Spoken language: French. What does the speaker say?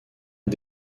est